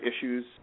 issues